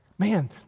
Man